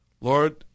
Lord